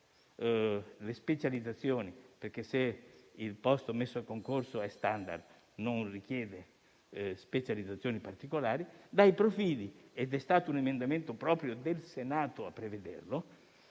le specializzazioni (perché, se il posto messo a concorso è *standard*, non richiede specializzazioni particolari), e profili (ed è stato un emendamento proprio del Senato a prevederlo)